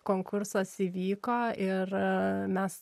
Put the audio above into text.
konkursas įvyko ir mes